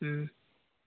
ᱦᱩᱸ